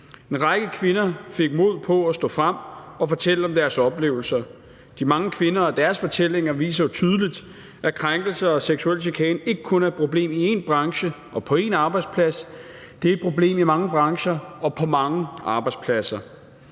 En række kvinder fik mod på at stå frem og fortælle om deres oplevelser. De mange kvinder og deres fortællinger viser jo tydeligt, at krænkelser og seksuel chikane ikke kun er et problem i én branche og på én arbejdsplads; det er et problem i mange brancher og på mange arbejdspladser.